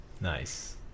Nice